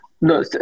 no